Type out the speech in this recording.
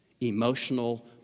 emotional